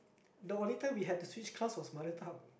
the only time we had to switch class was mother tongue